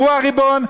והוא הריבון?